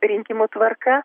rinkimų tvarka